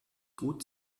gut